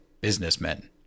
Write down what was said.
businessmen